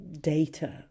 data